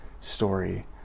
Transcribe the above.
story